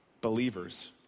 believers